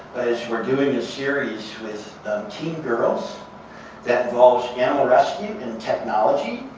that is, we're doing this series with teen girls that involves animal rescue and technology.